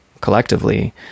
collectively